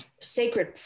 sacred